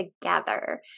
together